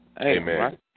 Amen